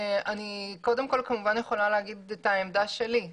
קודם כל אני יכולה להגיד את העמדה שלי.